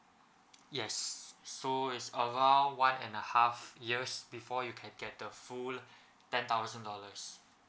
yes so is around one and a half years before you can get the full ten thousand dollars